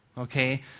Okay